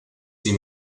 sie